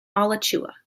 alachua